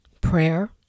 prayer